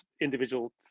individual